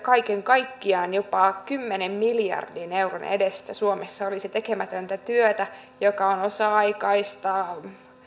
kaiken kaikkiaan jopa kymmenen miljardin euron edestä suomessa olisi tekemätöntä työtä joka on osa aikaista